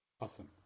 awesome